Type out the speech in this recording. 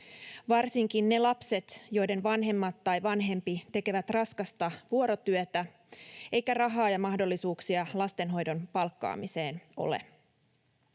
varsinkin ne lapset, joiden vanhemmat tai vanhempi tekee raskasta vuorotyötä, eikä rahaa ja mahdollisuuksia lastenhoidon palkkaamiseen ole.